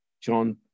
John